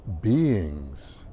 beings